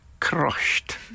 Crushed